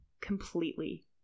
completely